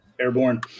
airborne